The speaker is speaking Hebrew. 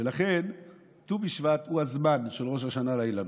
ולכן ט"ו בשבט הוא הזמן של ראש השנה לאילנות,